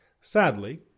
Sadly